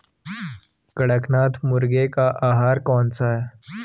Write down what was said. कड़कनाथ मुर्गे का आहार कौन सा है?